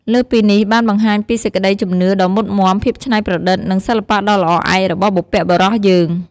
លើសពីនេះ បានបង្ហាញពីសេចក្តីជំនឿដ៏មុតមាំ ភាពច្នៃប្រឌិត និងសិល្បៈដ៏ល្អឯករបស់បុព្វបុរសយើង។